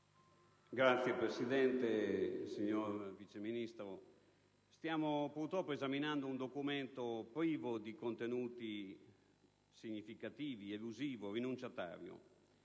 Signor Presidente, signor Vice Ministro, purtroppo stiamo esaminando un documento privo di contenuti significativi, elusivo e rinunciatario.